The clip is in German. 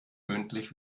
mündlich